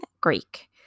Greek